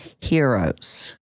Heroes